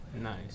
Nice